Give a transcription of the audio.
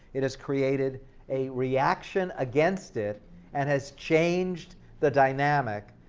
it has created a reaction against it and has changed the dynamic.